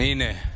הינה.